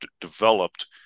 developed